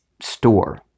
store